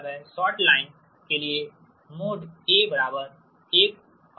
1 और एक छोटी लाइन के लिए VR पूर्ण लोड पर VR के बराबर है